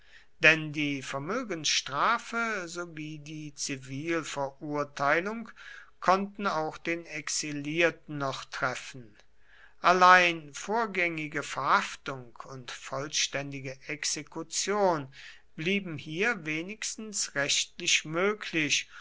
denn die vermögensstrafe so wie die zivilverurteilung konnten auch den exilierten noch treffen allein vorgängige verhaftung und vollständige exekution blieben hier wenigstens rechtlich möglich